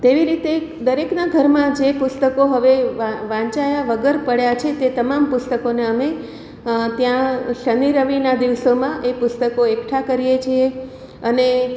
તેવી રીતે દરેકના ઘરમાં જે પુસ્તકો હવે વા વંચાયા વગર પળ્યા છે તે તમામ પુસ્તકોને અમે ત્યાં શનિ રવિના દિવસોમાં એ પુસ્તકો એકઠા કરીએ છીએ અને